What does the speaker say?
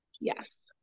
yes